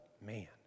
man